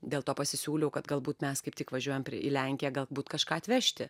dėl to pasisiūliau kad galbūt mes kaip tik važiuojam į lenkiją galbūt kažką atvežti